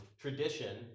tradition